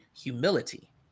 humility